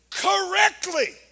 Correctly